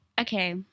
Okay